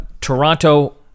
Toronto